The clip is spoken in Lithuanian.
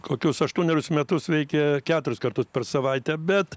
kokius aštuonerius metus veikė keturis kartus per savaitę bet